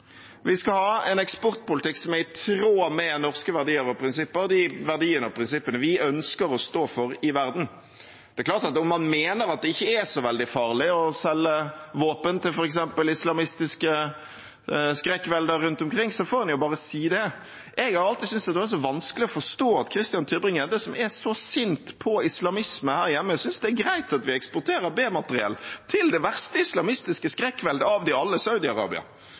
Vi skal ha en eksportpolitikk som er i tråd med norske verdier og prinsipper, de verdiene og prinsippene vi ønsker å stå for i verden. Det er klart at om man mener at det ikke er så veldig farlig å selge våpen til f.eks. islamistiske skrekkvelder rundt omkring, får man jo bare si det. Jeg har alltid syntes det har vært vanskelig å forstå at Christian Tybring-Gjedde, som er så sint på islamisme her hjemme, synes det er greit at vi eksporterer B-materiell til det verste islamistiske skrekkveldet av dem alle,